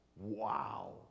wow